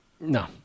No